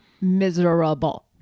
Miserable